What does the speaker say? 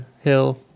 hill